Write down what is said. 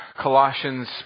Colossians